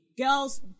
Girls